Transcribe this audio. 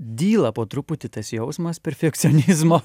dyla po truputį tas jausmas perfekcionizmo